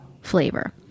flavor